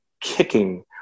kicking